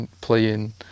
playing